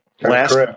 Last